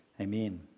Amen